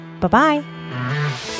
Bye-bye